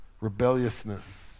rebelliousness